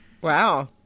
Wow